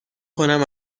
کنم